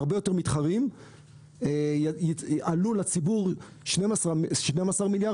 הרבה יותר מתחרים עלו לציבור 12 מיליארד